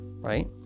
Right